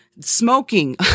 smoking